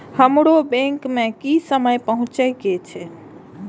हमरो बैंक में की समय पहुँचे के छै?